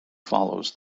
follows